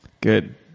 Good